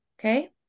Okay